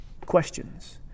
questions